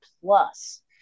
plus